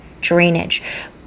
drainage